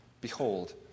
Behold